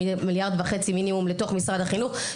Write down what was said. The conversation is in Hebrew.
מיליארד וחצי מינימום לתוך משרד החינוך.